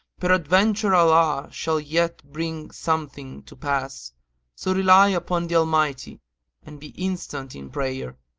peradventure allah shall yet bring something to pass so rely upon the almighty and be instant in prayer.